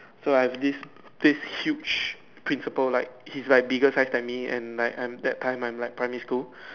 so I have this this huge principal like he's like bigger size than me and like I'm that time I'm like primary school